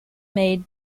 made